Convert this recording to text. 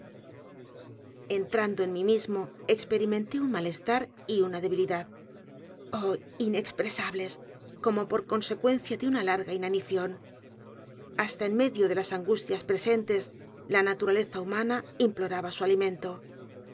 entrando en mí mismo experimenté un malestar y una debilidad oh inexpresables como por consecuencia de una l a r g a inanición hasta en medio de las angustias presentes la naturaleza humana implor a b a su alimento